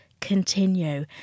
continue